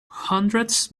hundreds